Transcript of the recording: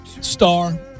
star